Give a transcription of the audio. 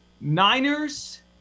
Niners